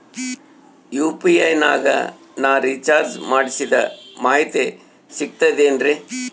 UPI ನಾಗ ನಾ recharge ಮಾಡಿಸಿದ ಮಾಹಿತಿ ಸಿಕ್ತದೆ ಏನ್ರಿ?